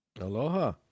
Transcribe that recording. Aloha